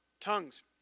tongues